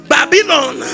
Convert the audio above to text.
Babylon